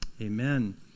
amen